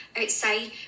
outside